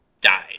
died